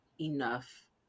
enough